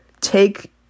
take